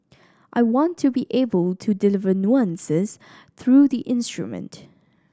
I want to be able to deliver nuances through the instrument